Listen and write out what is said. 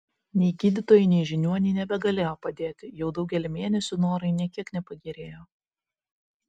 nei gydytojai nei žiniuoniai nebegalėjo padėti jau daugelį mėnesių norai nė kiek nepagerėjo